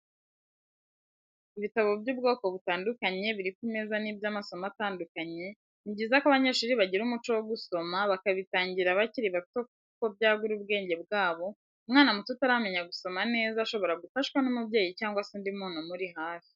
Ibitabo by'ubwoko butandukanye biri ku meza ni iby'amasomo atandukanye, ni byiza ko abanyeshuri bagira umuco wo gusoma bakabitangira bakiri bato kuko byagura ubwenge bwabo, umwana muto utaramenya gusoma neza shobora gufashwa n'umubyeyi cyangwa se undi muntu umuri hafi.